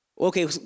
okay